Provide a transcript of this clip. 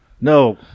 No